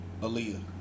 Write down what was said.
Aaliyah